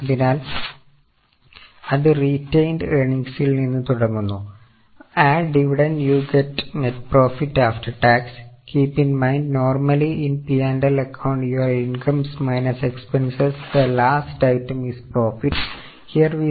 അതിനാൽഅത് retained ഏർണിങ്സിൽ നിന്ന് തുടങ്ങുന്നു add dividend you get net profit after tax keep in mind normally in P and L account your incomes minus expenses the last item is profit